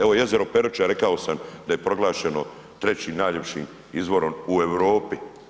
Evo jezero Peruča rekao sad da je proglašeno trećim najljepšim izvorom u Europi.